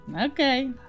Okay